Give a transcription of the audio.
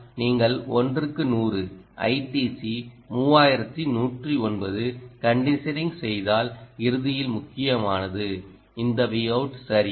ஆனால் நீங்கள் 1 க்கு 100 ITC3109 கண்டிஷனிங் செய்தால் இறுதியில் முக்கியமானது இந்த Vout சரியா